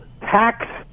tax